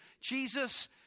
Jesus